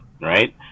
right